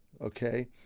okay